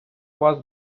вас